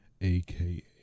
aka